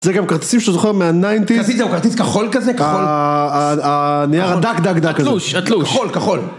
זה גם כרטיסים שאתה זוכר מהניינטיז. כרטיס כחול כזה כחול. הנייר. הדק דק דק הזה. התלוש התלוש. כחול, כחול.